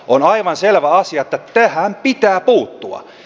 on aivan selvä asia että tähän pitää puuttua